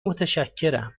متشکرم